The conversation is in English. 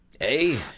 Hey